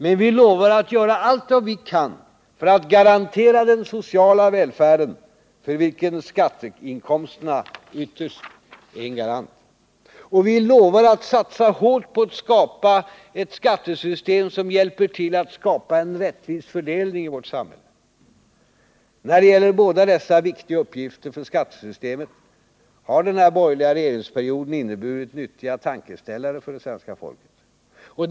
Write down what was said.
Men vi lovar att göra allt vad vi kan för att garantera den sociala välfärden, för vilken skatteinkomsterna ytterst är en garant. Och vi lovar att satsa hårt på att skapa ett skattesystem som hjälper till att skapa en rättvis fördelning i vårt samhälle. När det gäller båda dessa viktiga uppgifter för skattesystemet har den borgerliga regeringsperioden inneburit nyttiga tankeställare för det svenska folket.